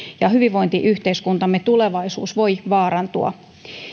ja hyvinvointiyhteiskuntamme tulevaisuus voi vaarantua